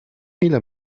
ile